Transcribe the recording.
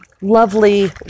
lovely